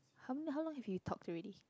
how many how long you've talked already